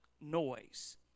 noise